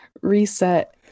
reset